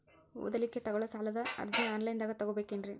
ಓದಲಿಕ್ಕೆ ತಗೊಳ್ಳೋ ಸಾಲದ ಅರ್ಜಿ ಆನ್ಲೈನ್ದಾಗ ತಗೊಬೇಕೇನ್ರಿ?